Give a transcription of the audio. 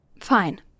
Fine